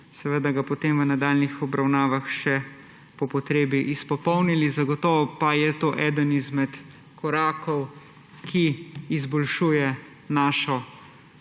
in da ga bomo potem v nadaljnjih obravnavah lahko še po potrebi izpopolnili, zagotovo pa je to eden izmed korakov, ki izboljšuje našo